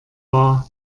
war